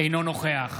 אינו נוכח